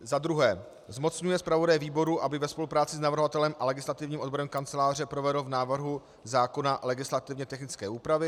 za druhé zmocňuje zpravodaje výboru, aby ve spolupráci s navrhovatelem a legislativním odborem Kanceláře provedl v návrhu zákona legislativně technické úpravy;